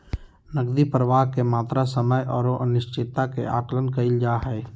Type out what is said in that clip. नकदी प्रवाह के मात्रा, समय औरो अनिश्चितता के आकलन कइल जा हइ